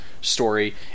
story